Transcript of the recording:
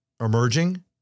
emerging